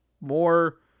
more